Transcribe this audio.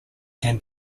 can